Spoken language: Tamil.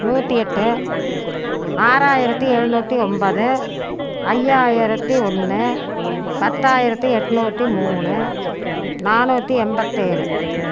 நூற்றி எட்டு ஆறாயிரத்தி எழுநூற்றி ஒன்பது ஐயாயிரத்தி ஒன்று பத்தாயிரத்தி எண்ணூத்தி மூணு நானூற்றி எண்பத்தேழு